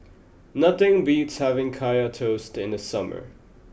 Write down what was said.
nothing beats having Kaya Toast in the summer